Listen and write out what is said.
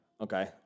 okay